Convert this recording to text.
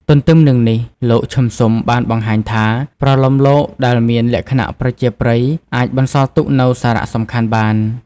ទន្ទឹមនឹងនេះលោក ឈឹម ស៊ុម បានបង្ហាញថា ប្រលោមលោកដែលមានលក្ខណៈប្រជាប្រិយអាចបន្សល់ទុកនូវសារៈសំខាន់បាន។